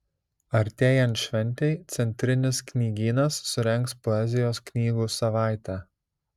artėjant šventei centrinis knygynas surengs poezijos knygų savaitę